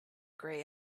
grey